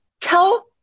Tell